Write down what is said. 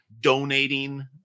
donating